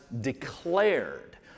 declared